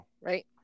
Right